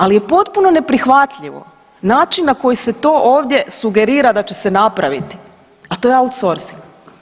Ali je potpuno ne prihvatljivo način na koji se to ovdje sugerira da će se napraviti, a to je outsorcing.